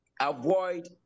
avoid